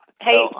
Hey